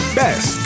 best